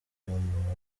murwa